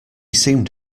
seemed